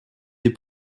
des